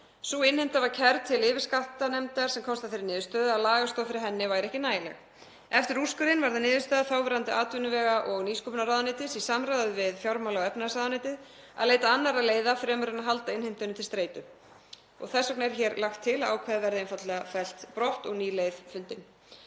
Sú innheimta var kærð til yfirskattanefndar sem komst að þeirri niðurstöðu að lagastoð fyrir henni væri ekki nægileg. Eftir úrskurðinn var það niðurstaða þáverandi atvinnuvega- og nýsköpunarráðuneytis í samráði við fjármála- og efnahagsráðuneytið að leita annarra leiða fremur en að halda innheimtunni til streitu. Því er lagt til að ákvæðið verði einfaldlega fellt brott og ný leið fundin.